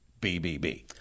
BBB